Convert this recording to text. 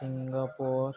Singapore